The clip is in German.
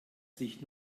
sich